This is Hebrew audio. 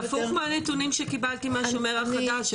זה הפוך מהנתונים שקיבלתי מהשומר החדש,